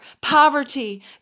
poverty